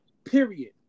Period